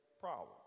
problem